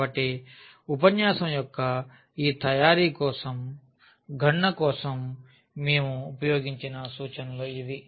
కాబట్టి ఉపన్యాసం యొక్క ఈ తయారీ కోసం గణన కోసం మేము ఉపయోగించిన సూచనలు ఇవి